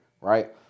right